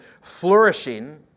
flourishing